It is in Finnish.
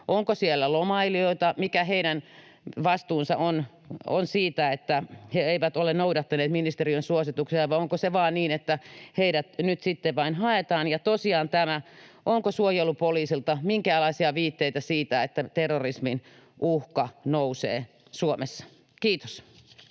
Onko siellä lomailijoita? Mikä heidän vastuunsa on siitä, että he eivät ole noudattaneet ministeriön suosituksia, vai onko se vain niin, että heidät nyt sitten vain haetaan? Ja tosiaan, onko suojelupoliisilta minkäänlaisia viitteitä siitä, että terrorismin uhka nousee Suomessa? — Kiitos.